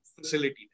facility